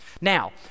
Now